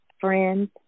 friends